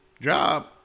job